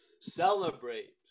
celebrate